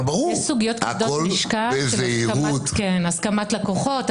אבל יש סוגיות כבדות משקל: הסכמת לקוחות,